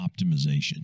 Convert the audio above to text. Optimization